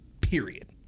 Period